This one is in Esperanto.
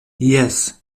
jes